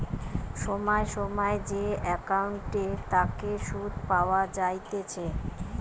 সময় সময় যে একাউন্টের তাকে সুধ পাওয়া যাইতেছে